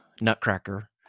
Nutcracker